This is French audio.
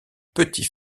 petit